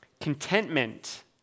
contentment